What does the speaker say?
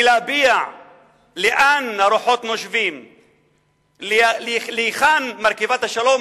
מלהביע לאן הרוחות נושבות, להיכן מרכבת השלום